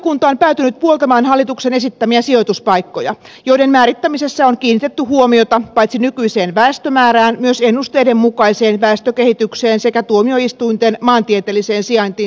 lakivaliokunta on päätynyt puoltamaan hallituksen esittämiä sijoituspaikkoja joiden määrittämisessä on kiinnitetty huomiota paitsi nykyiseen väestömäärään myös ennusteiden mukaiseen väestönkehitykseen sekä tuomioistuinten maantieteelliseen sijaintiin tuomiopiirissään